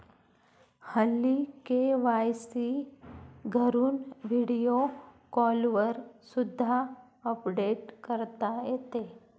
हल्ली के.वाय.सी घरून व्हिडिओ कॉलवर सुद्धा अपडेट करता येते